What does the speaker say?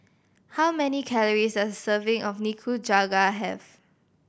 how many calories does serving of Nikujaga have